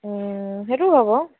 ওম সেইটোও হ'ব